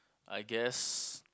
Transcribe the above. I guess